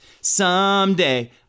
someday